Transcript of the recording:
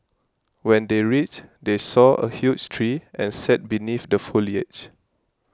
when they reached they saw a huge tree and sat beneath the foliage